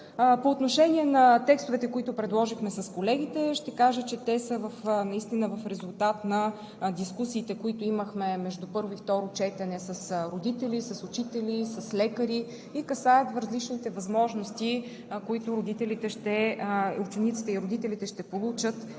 По отношение на текстовете, които предложихме с колегите, ще кажа, че те наистина са в резултат на дискусиите, които имахме между първо и второ четене с родители, с учители, с лекари и касаят различните възможности, които учениците и родителите ще получат,